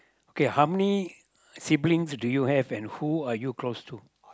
okay how many siblings do you have and who are you close to